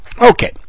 Okay